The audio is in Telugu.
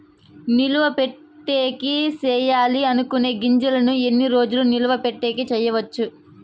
నిలువ పెట్టేకి సేయాలి అనుకునే గింజల్ని ఎన్ని రోజులు నిలువ పెట్టేకి చేయొచ్చు